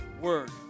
Word